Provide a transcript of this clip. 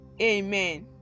Amen